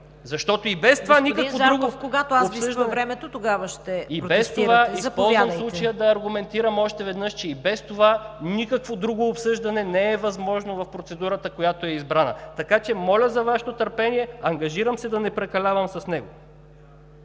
че и без това никакво друго обсъждане не е възможно в процедурата, която е избрана, така че моля за Вашето търпение. Ангажирам се да не прекалявам с него.